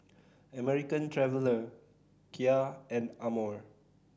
American Traveller Kia and Amore